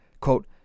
Quote